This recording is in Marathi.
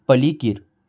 पलिकीर